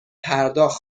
پرداخت